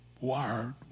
wired